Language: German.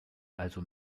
also